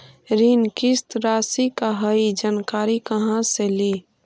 ऋण किस्त रासि का हई जानकारी कहाँ से ली?